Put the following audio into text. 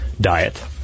diet